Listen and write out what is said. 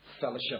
fellowship